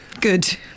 good